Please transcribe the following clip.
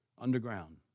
underground